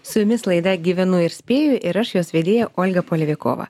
su jumis laida gyvenu ir spėju ir aš jos vedėja olga polevikova